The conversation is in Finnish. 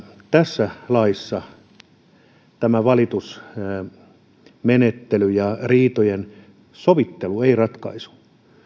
tässä laissa tämä valitusmenettely ja riitojen sovittelu ei ratkaisu